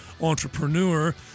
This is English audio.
entrepreneur